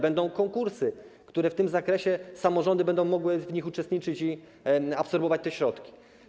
Będą konkursy w tym zakresie: samorządy będą mogły w nich uczestniczyć i absorbować te środki.